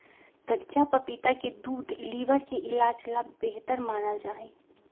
कच्चा पपीता के दूध लीवर के इलाज ला बेहतर मानल जाहई